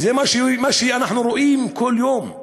וזה מה שאנחנו רואים כל יום.